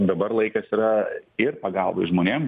dabar laikas yra ir pagalba žmonėm